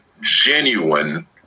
genuine